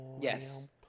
Yes